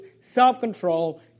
self-control